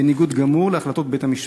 בניגוד גמור להחלטות בית-המשפט.